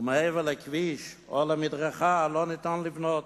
ומעבר לכביש או על המדרכה לא ניתן לבנות.